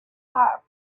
hot